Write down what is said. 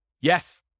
Yes